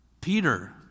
Peter